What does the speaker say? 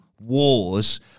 wars